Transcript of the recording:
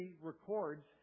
records